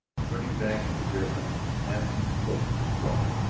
turning back to the rear of the house, passing close to struve,